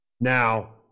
Now